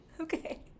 okay